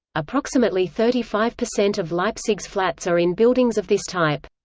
approximately thirty five percent of leipzig's flats are in buildings of this type.